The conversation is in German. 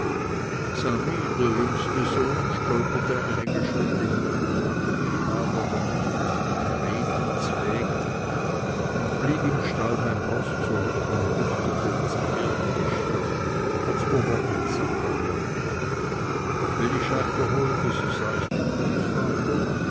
sami der jüngste sohn stolperte einige schritte hintendrein kam aber nicht recht mit reden z'weg und blieb im stall beim roß zurück und musterte das pferdegeschirr als ob er ein sattler werden wollte wenn ich scheiter holte so sah ich den großvater